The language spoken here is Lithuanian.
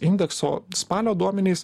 indekso spalio duomenys